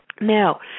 Now